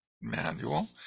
manual